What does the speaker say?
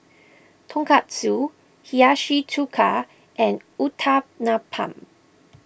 Tonkatsu Hiyashi Chuka and Uthapam